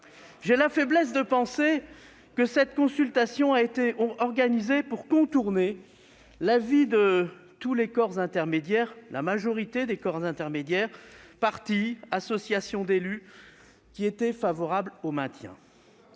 la faiblesse de penser que cette consultation a été organisée pour contourner l'avis de la majorité des corps intermédiaires- partis, associations d'élus, etc. -qui étaient favorables au maintien.